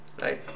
right